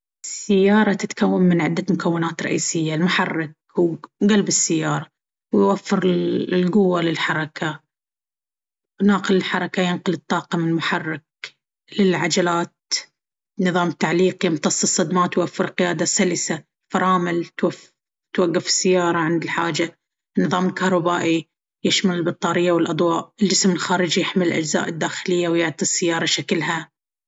السيارة تتكون من عدة مكونات رئيسية. المحرك هو قلب السيارة ويوفر القوة للحركة. ناقل الحركة ينقل الطاقة من المحرك للعجلات. نظام التعليق يمتص الصدمات ويوفر قيادة سلسة. الفرامل توق- توقف السيارة عند الحاجة. النظام الكهربائي يشمل البطارية والأضواء. الجسم الخارجي يحمي الأجزاء الداخلية ويعطي السيارة شكلها.